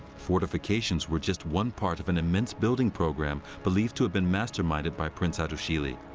fortifications were just one part of an immense building program believed to have been master-minded by prince hattusili,